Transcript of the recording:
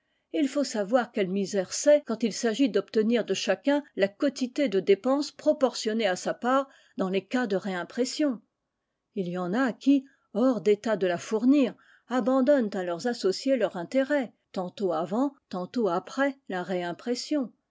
il faut savoir quelle misère c'est quand il s'agit d'obtenir de chacun la quotité de dépense proportionnée à sa part dans les cas de réimpression il y en a qui hors d'état de la fournir abandonnent à leurs associés leur intérêt tantôt avant tantôt après la réimpression